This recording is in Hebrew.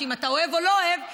אם אתה אוהב או לא אוהב,